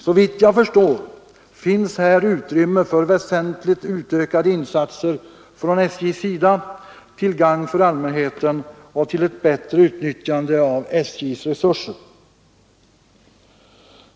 Såvitt jag förstår finns här utrymme för väsentligt ökade insatser från SJ:s sida till gagn för allmänheten och till ett bättre utnyttjande av SJ:s resurser.